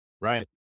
right